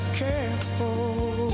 careful